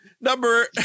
number